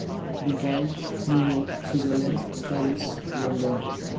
Dubai New York Switzerland Paris London